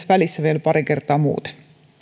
välissä vielä pari kertaa muuten